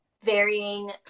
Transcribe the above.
varying